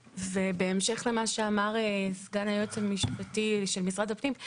ובהמשך למה שאמר סגן היועץ המשפטי של משרד הפנים: